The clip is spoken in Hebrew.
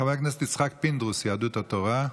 חבר הכנסת יצחק פינדרוס, יהדות התורה.